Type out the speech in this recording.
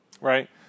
Right